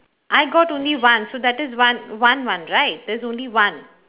I got only one so that is one one one right there is only one